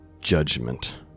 judgment